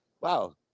Wow